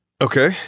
okay